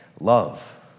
love